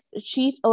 Chief